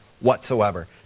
whatsoever